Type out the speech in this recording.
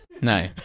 No